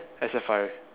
except Farid